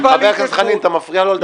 חבר הכנסת חנין, אתה מפריע לו לדבר.